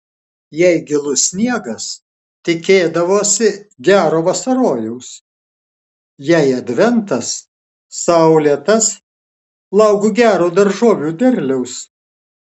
jei gilus sniegas tikėdavosi gero vasarojaus jei adventas saulėtas lauk gero daržovių derliaus